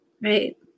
right